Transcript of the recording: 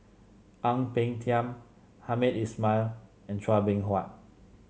Ang Peng Tiam Hamed Ismail and Chua Beng Huat